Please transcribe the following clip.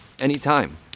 anytime